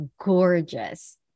gorgeous